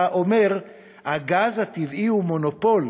אתה אומר: "הגז הטבעי הוא מונופול,